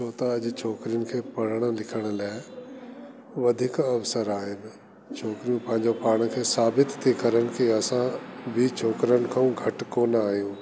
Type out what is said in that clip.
छो त अॼु छोकरिन खे पढ़ण लिखण लाए वधीक अवसर आहिनि छोकरियूं पांजे पाण खे साबित ति करन कि असां बि छोकरन खऊं घटि कोन आयूं